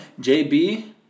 JB